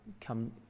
come